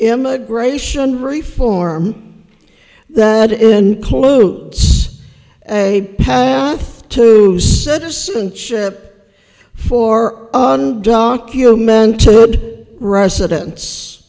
immigration reform that includes a path to citizenship for undocumented residen